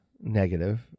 negative